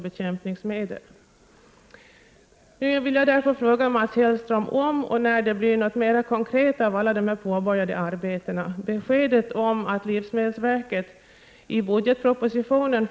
Råden syftar till att minimera riskerna för förorening och olyckstillbud.